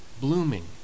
blooming